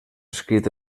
escrit